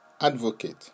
advocate